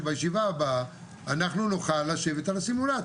שבישיבה הבאה אנחנו נוכל לשבת על הסימולציה.